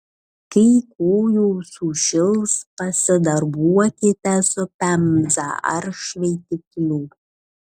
kai kojos sušils pasidarbuokite su pemza ar šveitikliu